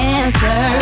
answer